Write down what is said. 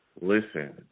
listen